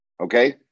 okay